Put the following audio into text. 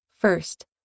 First